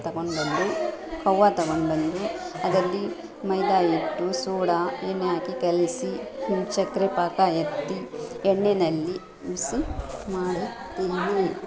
ತೊಗೊಂಡ್ಬಂದು ಕವರ್ ತೊಗೊಂಡ್ಬಂದು ಅದರಲ್ಲಿ ಮೈದಾಹಿಟ್ಟು ಸೋಡಾ ಎಣ್ಣೆ ಹಾಕಿ ಕಲಸಿ ಸಕ್ಕರೆ ಪಾಕ ಎತ್ತಿ ಎಣ್ಣೆಯಲ್ಲಿ ಬಿಸಿ ಮಾಡಿ ತಿನ್ನಿ